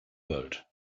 world